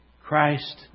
Christ